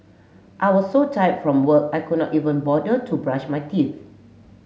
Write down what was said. I was so tired from work I could not even bother to brush my teeth